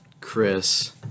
Chris